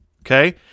Okay